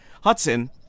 Hudson